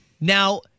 Now